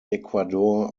ecuador